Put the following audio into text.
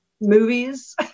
movies